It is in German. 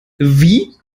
wie